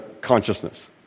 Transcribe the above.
consciousness